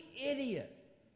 idiot